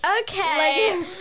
Okay